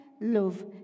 love